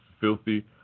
filthy